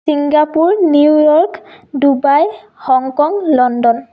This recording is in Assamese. Singapore New York Dubai Hong Kong London